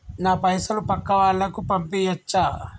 నా పైసలు పక్కా వాళ్ళకు పంపియాచ్చా?